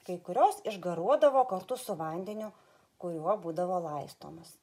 kai kurios išgaruodavo kartu su vandeniu kuriuo būdavo laistomos